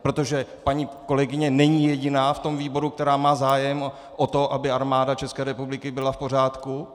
Protože paní kolegyně není jediná v tom výboru, která má zájem o to, aby Armáda České republiky byla v pořádku.